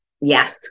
Yes